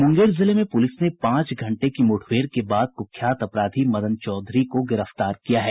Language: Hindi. मुंगेर जिले में पुलिस ने पांच घंटे की मुठभेड़ के बाद कुख्यात अपराधी मदन चौधरी को गिरफ्तार किया है